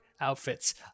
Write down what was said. outfits